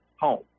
home